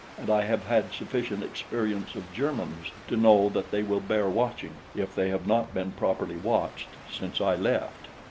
and i have had sufficient experience of germans to know that they will bear watching if they have not been properly watched since i left.